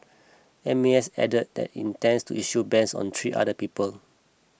M A S added that intends to issue bans on three other people